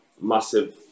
massive